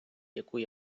яку